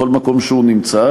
בכל מקום שהוא נמצא,